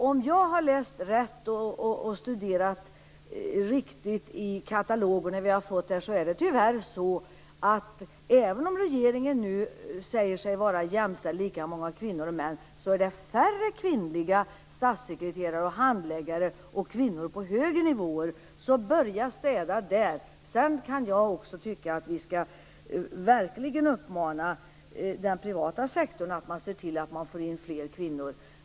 Om jag har läst och studerat rätt i katalogerna vi har fått, är det tyvärr så att även om regeringen nu säger sig vara jämställd och ha lika många kvinnor som män är det färre kvinnliga statssekreterare och handläggare och färre kvinnor på högre nivåer. Så börja att städa där! Jag kan också tycka att vi verkligen skall uppmana den privata sektorn att se till att man får in fler kvinnor.